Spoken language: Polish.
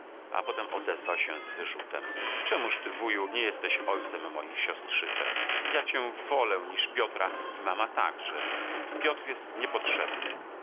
a potem odezwał się z wyrzutem czemuż ty wuju nie jesteś ojcem moich siostrzyczek ja cię wolę niż piotra i mama także piotr jest niepotrzebny